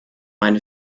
eine